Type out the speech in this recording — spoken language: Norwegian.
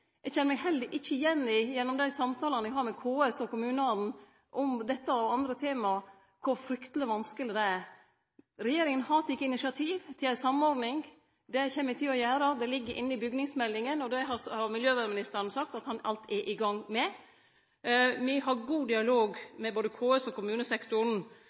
Eg kjenner meg heller ikkje igjen i, gjennom dei samtalane eg har med KS og kommunane om dette og andre tema, kor frykteleg vanskeleg det er. Regjeringa har teke initiativ til ei samordning. Det kjem me til å gjere, det ligg inne i bustadmeldinga, og det har miljøvernministeren sagt at han alt er i gang med. Me har god dialog med både KS og kommunesektoren,